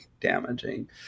damaging